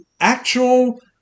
actual